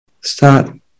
Start